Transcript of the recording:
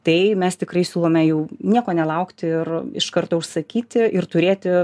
tai mes tikrai siūlome jau nieko nelaukti ir iš karto užsakyti ir turėti